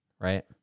right